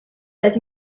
that